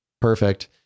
perfect